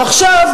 עכשיו,